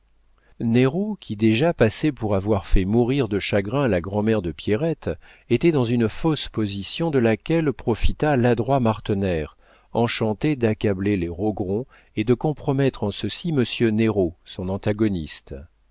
néraud qui déjà passait pour avoir fait mourir de chagrin la grand'mère de pierrette était dans une fausse position de laquelle profita l'adroit martener enchanté d'accabler les rogron et de compromettre en ceci monsieur néraud son antagoniste